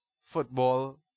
football